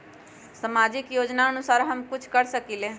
सामाजिक योजनानुसार हम कुछ कर सकील?